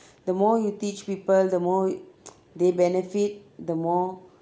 the more you teach people the more they benefit the more